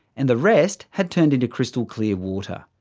and the rest had turned into crystal clear water.